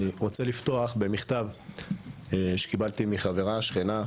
רוצה לפתוח במכתב שקיבלתי מחברה שכנה,